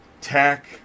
tech